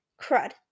Crud